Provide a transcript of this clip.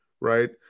Right